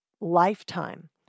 lifetime